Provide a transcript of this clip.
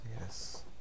yes